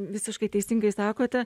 visiškai teisingai sakote